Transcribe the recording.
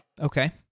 Okay